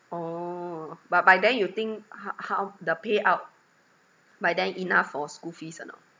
orh but by then you think how how the payout by then enough for school fees or not